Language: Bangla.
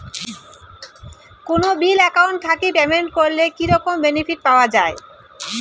কোনো বিল একাউন্ট থাকি পেমেন্ট করলে কি রকম বেনিফিট পাওয়া য়ায়?